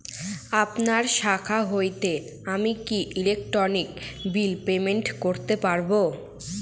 আপনার শাখা হইতে আমি কি ইলেকট্রিক বিল পেমেন্ট করতে পারব?